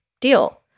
deal